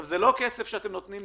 וזה לא כסף של נדבות,